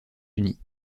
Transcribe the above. unis